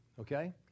okay